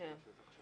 11:25.) בבקשה.